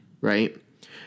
right